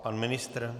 Pan ministr?